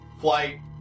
flight